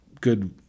good